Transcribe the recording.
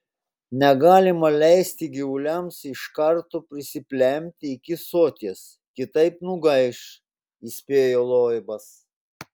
negalima leisti gyvuliams iš karto prisiplempti iki soties kitaip nugaiš įspėjo loibas